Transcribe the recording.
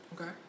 Okay